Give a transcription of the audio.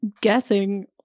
guessing